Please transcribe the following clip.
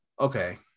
okay